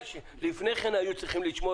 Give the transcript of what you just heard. לפני כן היו צריכים לשמור,